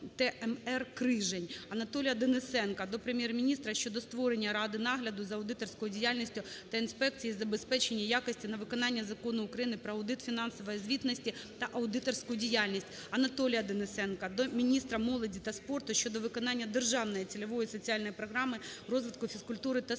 ТМР "Крижень". Анатолія Денисенка до Прем'єр-міністра щодо створення Ради нагляду за аудиторською діяльністю та інспекції із забезпечення якості на виконання Закону України "Про аудит фінансової звітності та аудиторську діяльність". Анатолія Денисенка до міністра молоді та спорту щодо виконання Державної цільової соціальної програми розвитку фізичної культури та спорту.